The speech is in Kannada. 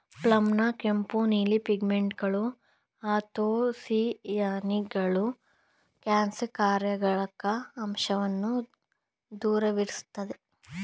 ಪ್ಲಮ್ನ ಕೆಂಪು ನೀಲಿ ಪಿಗ್ಮೆಂಟ್ಗಳು ಆ್ಯಂಥೊಸಿಯಾನಿನ್ಗಳು ಕ್ಯಾನ್ಸರ್ಕಾರಕ ಅಂಶವನ್ನ ದೂರವಿರ್ಸ್ತದೆ